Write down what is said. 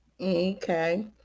Okay